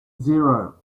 zero